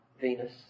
Venus